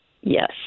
yes